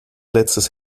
letztes